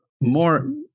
more